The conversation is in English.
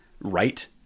right